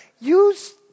Use